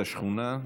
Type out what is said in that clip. את השכונה,